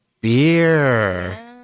beer